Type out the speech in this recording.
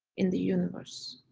in the universe.